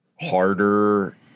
harder